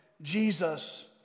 Jesus